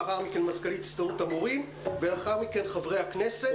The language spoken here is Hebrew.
לאחר מכן מזכ"לית הסתדרות המורים ולאחר מכן חברי הכנסת.